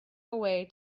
away